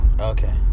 Okay